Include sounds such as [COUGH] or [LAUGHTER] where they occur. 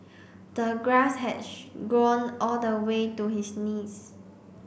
the grass had [UNINTELLIGIBLE] grown all the way to his knees